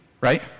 right